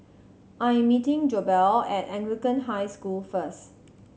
I'm meeting Goebel at Anglican High School first